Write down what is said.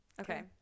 Okay